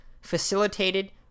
facilitated